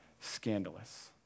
scandalous